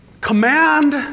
command